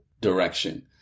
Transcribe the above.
direction